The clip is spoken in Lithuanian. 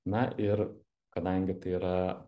na ir kadangi tai yra